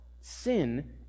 sin